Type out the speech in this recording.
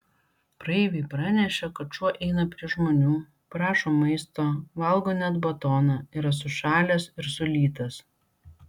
praeiviai pranešė kad šuo eina prie žmonių prašo maisto valgo net batoną yra sušalęs ir sulytas